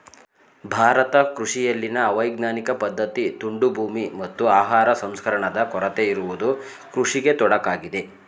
ಭಾರತ ಕೃಷಿಯಲ್ಲಿನ ಅವೈಜ್ಞಾನಿಕ ಪದ್ಧತಿ, ತುಂಡು ಭೂಮಿ, ಮತ್ತು ಆಹಾರ ಸಂಸ್ಕರಣಾದ ಕೊರತೆ ಇರುವುದು ಕೃಷಿಗೆ ತೊಡಕಾಗಿದೆ